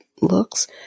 looks